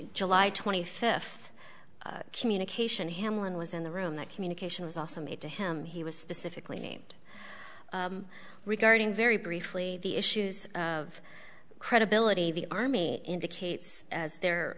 july twenty fifth communication hamlin was in the room that communication was also made to him he was specifically named regarding very briefly the issues of credibility the army indicates their